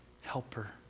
helper